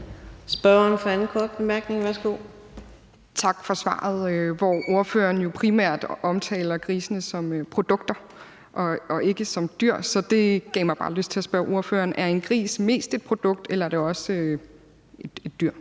Helene Liliendahl Brydensholt (ALT): Tak for svaret, hvor ordføreren jo primært omtaler grisene som produkter og ikke som dyr. Det gav mig bare lyst til at spørge ordføreren: Er en gris mest et produkt, eller er det også et dyr?